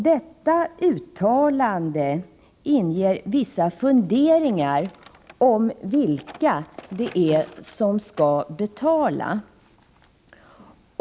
Detta uttalande inger vissa funderingar om vilka det är som skall betala.